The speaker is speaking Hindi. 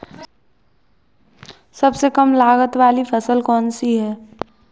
सबसे कम लागत वाली फसल कौन सी है?